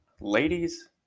Ladies